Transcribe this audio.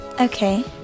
Okay